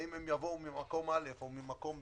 האם הם יבוא ממקום א' או ב'